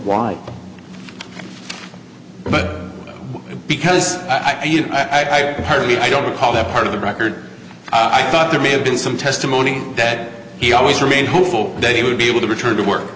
why but because i did i can hardly i don't recall that part of the record i thought there may have been some testimony that he always remain hopeful that he would be able to return to work